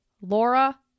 Laura